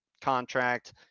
contract